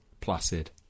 placid